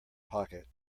pocket